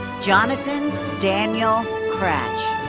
jonathan daniel krach.